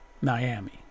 Miami